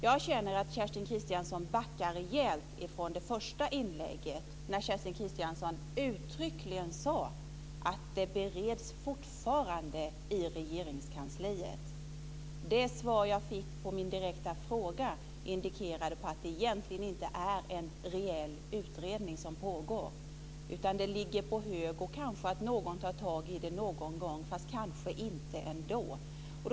Jag känner att Kerstin Kristiansson backar rejält från det första inlägget när Kerstin Kristiansson uttryckligen sade att det fortfarande bereds i Regeringskansliet. Det svar jag fick på min direkta fråga indikerade att det egentligen inte är en rejäl utredning som pågår. Det ligger på hög och kanske tar någon tag i det någon gång, men kanske ändå inte.